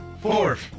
fourth